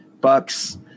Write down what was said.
Bucks